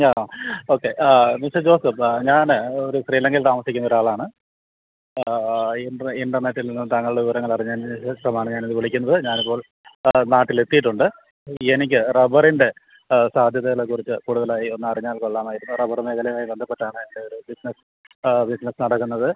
യാ okay mister Joseph ഞാന് ഒര് സ്രീലങ്കയിൽ താമസിക്കുന്ന ഒരാളാണ് ഇൻട്ര ഇൻ്റർനെറ്റിൽ നിന്നും തങ്കളുടെ വിവരങ്ങളറിഞ്ഞതിന് ശേഷമാണ് ഞാനിത് വിളിക്കുന്നത് ഞാനിപ്പോൾ നാട്ടിൽ എത്തിയിട്ടുണ്ട് എനിക്ക് റബ്ബറിൻ്റെ സാധ്യതകളെക്കുറിച്ച് കൂടുതലായി ഒന്നറിഞ്ഞാൽ കൊള്ളാമായിരുന്നു റബ്ബറ് മേഖലയുവായി ബന്ധപ്പെട്ടാണ് എൻ്റെയൊര് ബിസിനസ്സ് ബിസിനസ്സ് നടക്കുന്നത്